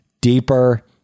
deeper